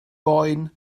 boen